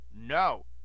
No